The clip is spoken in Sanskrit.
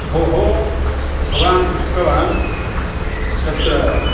भोः भवान् पृष्टवान् तत्र